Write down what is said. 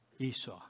Esau